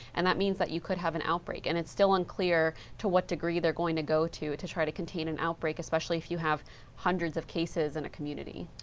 and that means that you could have an outbreak. and it's still in clier to what degree they're going to go to, to try to contain an outbreak especially if you have hundreds of cases in and community.